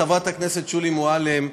חברת הכנסת שולי מועלם,